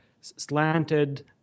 slanted